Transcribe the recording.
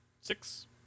Six